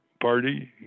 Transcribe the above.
Party